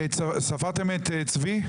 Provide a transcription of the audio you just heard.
ספרתם את צבי?